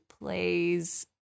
plays